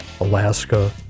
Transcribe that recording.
Alaska